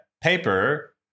paper